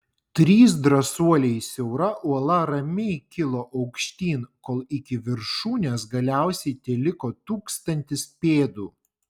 trys drąsuoliai siaura uola ramiai kilo aukštyn kol iki viršūnės galiausiai teliko tūkstantis pėdų